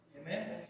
Amen